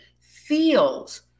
feels